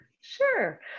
Sure